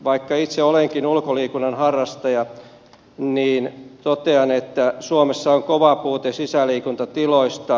vaikka itse olenkin ulkoliikunnan harrastaja niin totean että suomessa on kova puute sisäliikuntatiloista